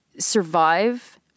survive